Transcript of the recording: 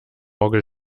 orgel